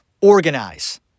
Organize